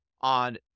on